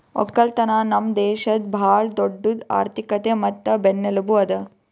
ಒಕ್ಕಲತನ ನಮ್ ದೇಶದ್ ಭಾಳ ದೊಡ್ಡುದ್ ಆರ್ಥಿಕತೆ ಮತ್ತ ಬೆನ್ನೆಲುಬು ಅದಾ